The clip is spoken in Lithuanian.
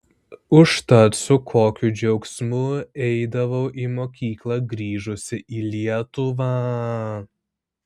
užtat su kokiu džiaugsmu eidavau į mokyklą grįžusi į lietuvą